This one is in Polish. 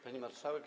Pani Marszałek!